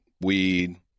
weed